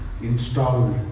installed